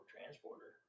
Transporter